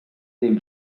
del